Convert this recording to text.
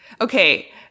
Okay